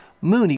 Mooney